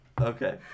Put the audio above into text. Okay